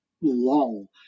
lull